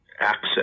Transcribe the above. access